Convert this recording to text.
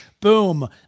boom